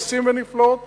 נסים ונפלאות פשוט.